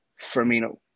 Firmino